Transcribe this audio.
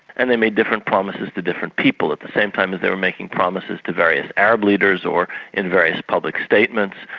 and they made different promises to different people at the same time as they were making promises to various arab leaders or in various public statements,